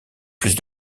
plus